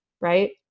right